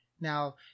Now